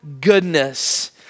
goodness